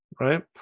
right